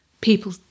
people